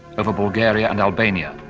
over bulgaria and albania,